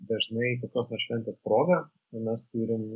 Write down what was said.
dažnai kokios nors šventės proga mes turim